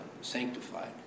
sanctified